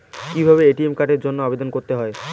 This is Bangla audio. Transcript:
কিভাবে এ.টি.এম কার্ডের জন্য আবেদন করতে হয়?